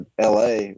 LA